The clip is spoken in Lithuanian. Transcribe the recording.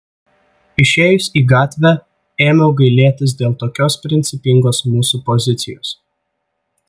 išėjus į gatvę ėmiau gailėtis dėl tokios principingos mūsų pozicijos